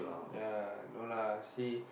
ya no lah she